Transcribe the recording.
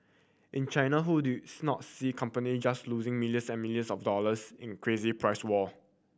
in China who do you not see company just losing millions and millions of dollars in crazy price war